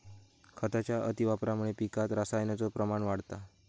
खताच्या अतिवापरामुळा पिकात रसायनाचो प्रमाण वाढता